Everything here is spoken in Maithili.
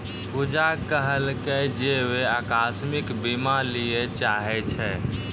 पूजा कहलकै जे वैं अकास्मिक बीमा लिये चाहै छै